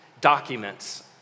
documents